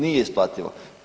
Nije isplativo.